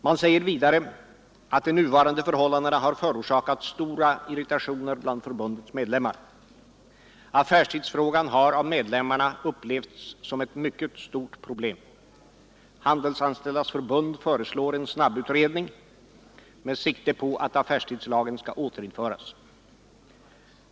Man säger vidare att de nuvarande förhållandena har förorsakat stor irritation bland förbundets medlemmar. A ffärstidsfrågan har av medlem marna upplevts som ett mycket stort problem. Handelsanställdas förbund föreslår en snabbutredning med sikte på att affärstidslagen skall återinföras.